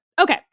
Okay